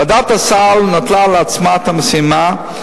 ועדת הסל נטלה על עצמה את המשימה,